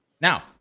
Now